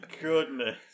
goodness